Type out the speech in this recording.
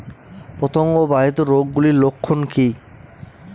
পতঙ্গ বাহিত রোগ গুলির লক্ষণ কি কি?